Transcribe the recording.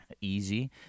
easy